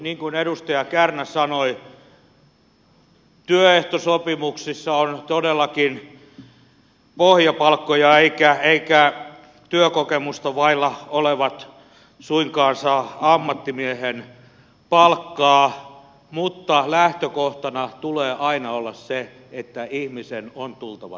niin kuin edustaja kärnä sanoi työehtosopimuksissa on todellakin pohjapalkkoja eivätkä työkokemusta vailla olevat suinkaan saa ammattimiehen palkkaa mutta lähtökohtana tulee aina olla se että ihmisen on tultava toimeen palkallaan